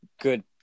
good